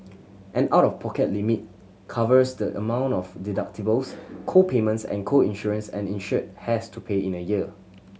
an out of pocket limit covers the amount of deductibles co payments and co insurance and insured has to pay in a year